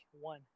One